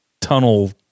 tunnel